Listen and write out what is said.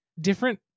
different